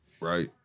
right